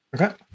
Okay